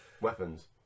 Weapons